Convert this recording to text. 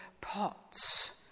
pots